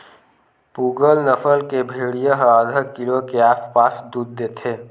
पूगल नसल के भेड़िया ह आधा किलो के आसपास दूद देथे